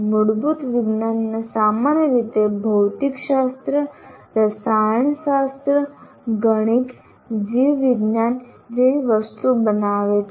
મૂળભૂત વિજ્ઞાન સામાન્ય રીતે ભૌતિકશાસ્ત્ર રસાયણશાસ્ત્ર ગણિત જીવવિજ્ઞાન જેવી વસ્તુઓ બનાવે છે